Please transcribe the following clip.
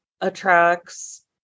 attracts